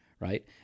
right